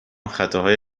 خطاهای